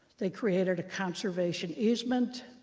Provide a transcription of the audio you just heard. they created a conservation easement.